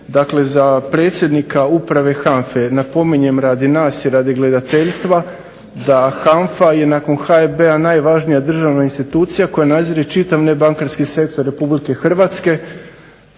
pogledati, za predsjednika uprave HANFA-e napominjem radi nas i gledateljstva da HANFA je nakon HFB-a najvažnija institucija koja nadzire čitav nebankarski sektor Republike Hrvatske,